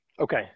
Okay